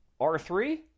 R3